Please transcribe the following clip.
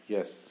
Yes